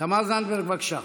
תמר זנדברג, בבקשה.